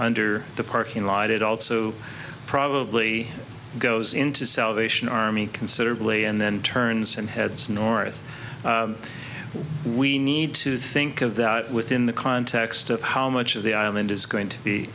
under the parking lot it also probably goes into salvation army considerably and then turns and heads north we need to think of that within the context of how much of the island is going to be